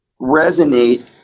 resonate